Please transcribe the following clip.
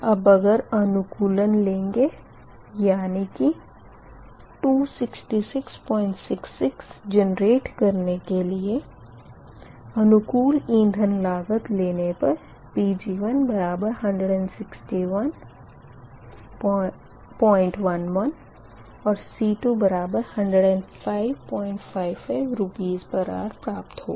अब अगर अनुकूलन लेंगे यानी कि 26666 जेनरेट करने के लिए अनुकूल इंधन लागत लेने पर Pg116111 और C210555 Rshr प्राप्त होगा